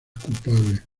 culpable